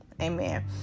Amen